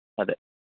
അതെ